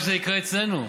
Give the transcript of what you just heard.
הלוואי שזה יקרה אצלנו.